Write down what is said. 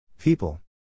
People